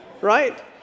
Right